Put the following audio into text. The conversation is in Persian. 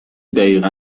دقیقا